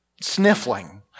sniffling